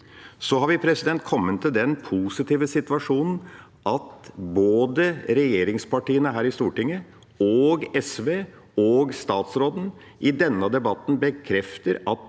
Så har vi kommet i den positive situasjonen at både regjeringspartiene her i Stortinget, SV og statsråden i denne debatten bekrefter at